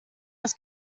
das